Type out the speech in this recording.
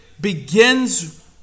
begins